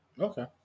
Okay